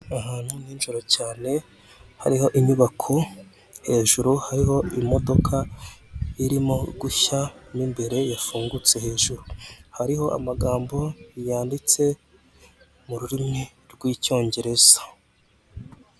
Ahantu nijoro cyane, hariho inyubako hejuru hariho imodoka irimo gushya, n'imibare yafungutse hejuru hariho amagambo yanditse mu rurimi rwicyongereza.